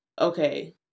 okay